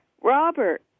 Robert